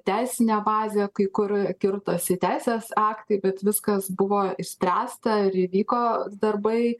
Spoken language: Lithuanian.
teisinė bazė kai kur kirtosi teisės aktai bet viskas buvo išspręsta ir įvyko darbai